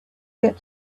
get